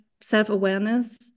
self-awareness